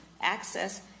access